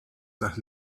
las